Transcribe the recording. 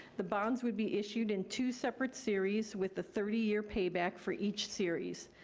the bonds would be issued in two separate series with the thirty year payback for each series.